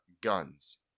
guns